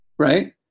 Right